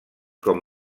com